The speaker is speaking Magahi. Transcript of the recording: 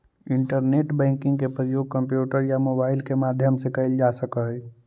इंटरनेट बैंकिंग के प्रयोग कंप्यूटर या मोबाइल के माध्यम से कैल जा सकऽ हइ